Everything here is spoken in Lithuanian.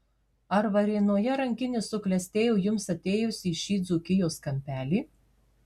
ar varėnoje rankinis suklestėjo jums atėjus į šį dzūkijos kampelį